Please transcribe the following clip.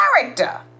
character